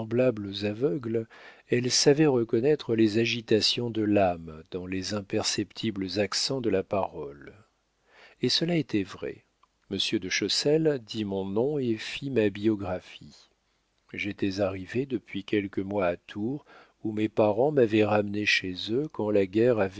aux aveugles elle savait reconnaître les agitations de l'âme dans les imperceptibles accents de la parole et cela était vrai monsieur de chessel dit mon nom et fit ma biographie j'étais arrivé depuis quelques mois à tours où mes parents m'avaient ramené chez eux quand la guerre